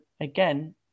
again